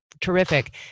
terrific